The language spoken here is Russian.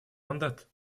мандат